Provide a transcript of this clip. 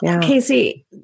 Casey